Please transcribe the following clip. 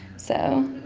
so